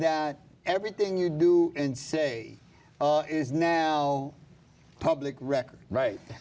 that everything you do and say is now public record right